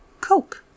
Coke